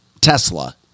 tesla